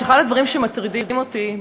אחד הדברים שמטרידים אותי,